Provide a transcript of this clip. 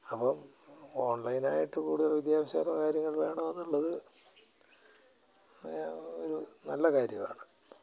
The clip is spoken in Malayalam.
അപ്പം ഓൺലൈനായിട്ട് കൂടുതൽ വിദ്യാഭ്യാസപരമായ കാര്യങ്ങൾ വേണമെന്നുള്ളത് ഒരു നല്ല കാര്യം ആണ്